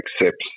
accepts